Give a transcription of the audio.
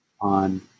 on